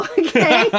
okay